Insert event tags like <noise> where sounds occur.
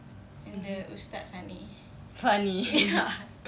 mmhmm funny <laughs>